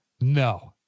No